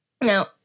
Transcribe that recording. Now